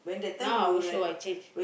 now I will show I change